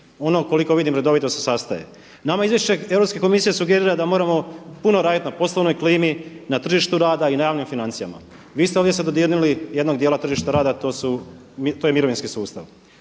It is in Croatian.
Ono koliko vidim redovito se sastaje. Nama izvješće Europske komisije sugerira da moramo puno raditi na poslovnoj klimi, na tržištu rada i na javnim financijama. Vi ste ovdje se dodirnuli jednog dijela tržišta rada, a to je mirovinski sustav.